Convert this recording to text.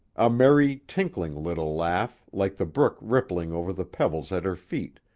a merry, tinkling little laugh like the brook rippling over the pebbles at her feet,